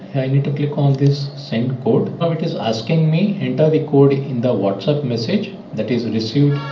i need to click on this same code now it is asking me enter the code in the whatsapp message that is received